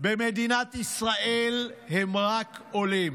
במדינת ישראל הם רק עולים,